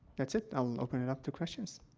that's it. i'll open it up to questions.